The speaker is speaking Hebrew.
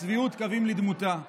הצביעות, קווים לדמותה.